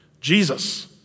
Jesus